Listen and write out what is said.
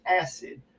acid